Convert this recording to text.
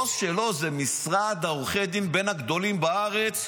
הבוס שלו הוא ממשרד עורכי הדין בין הגדולים בארץ.